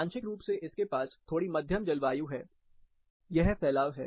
आंशिक रूप इसके पास थोड़ी मध्यम जलवायु है यह फैलाव है